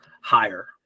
higher